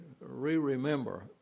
re-remember